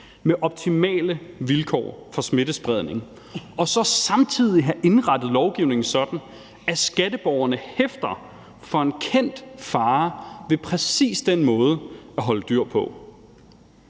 med optimale vilkår for smittespredning og så samtidig have indrettet lovgivningen sådan, at skatteborgerne hæfter for en kendt fare ved præcis den måde at holde dyr på.